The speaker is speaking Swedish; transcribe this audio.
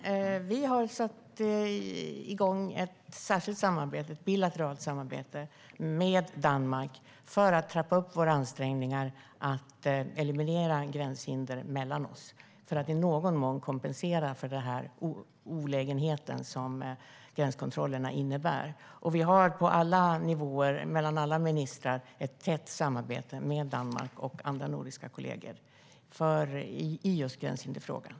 Herr talman! Vi har satt igång ett särskilt bilateralt samarbete med Danmark för att trappa upp våra ansträngningar för att eliminera gränshinder mellan oss, för att i någon mån kompensera för den olägenhet som gränskontrollerna innebär. Vi har på alla nivåer, mellan alla ministrar, ett tätt samarbete med Danmark och andra nordiska kollegor i just gränshinderfrågan.